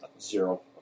zero